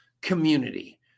community